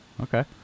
okay